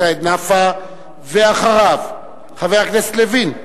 סעיד נפאע, ואחריו, חבר הכנסת לוין.